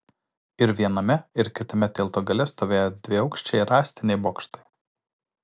ir viename ir kitame tilto gale stovėjo dviaukščiai rąstiniai bokštai